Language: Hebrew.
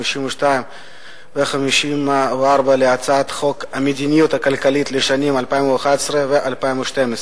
52 ו-54 להצעת חוק המדיניות הכלכלית לשנים 2011 ו-2012,